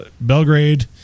belgrade